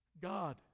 God